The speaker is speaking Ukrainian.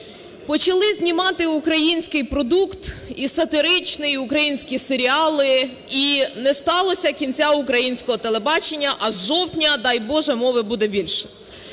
Почали знімати український продукт, і сатиричний, і українські серіали, і не сталося кінця українського телебачення, а з жовтня, дай Боже, мови буде більше.